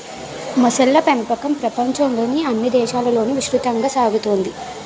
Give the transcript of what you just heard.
మొసళ్ళ పెంపకం ప్రపంచంలోని అన్ని దేశాలలోనూ విస్తృతంగా సాగుతోంది